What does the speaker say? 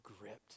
gripped